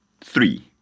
three